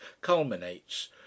culminates